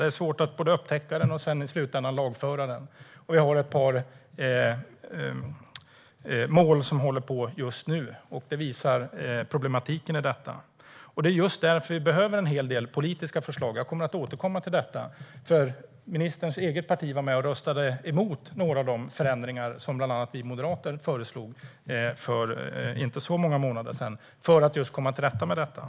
Det är svårt att både upptäcka den och i slutändan lagföra den. Det är ett par mål som pågår just nu, och det visar problematiken i detta. Det är just därför vi behöver en hel del politiska förslag. Jag kommer att återkomma till detta, för ministerns eget parti var med och röstade emot några av de förändringar som bland andra vi moderater föreslog för inte så många månader sedan för att komma till rätta med detta.